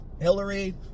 Hillary